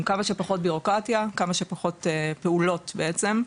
עם כמה שפחות ביורוקרטיה, כמה שפחות פעולות, בעצם,